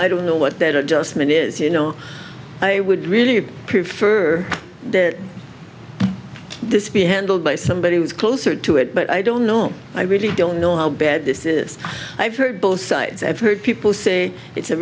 i don't know what that adjustment is you know i would really prefer that this be handled by somebody who is closer to it but i don't know i really don't know how bad this is i've heard both sides i've heard people say it's a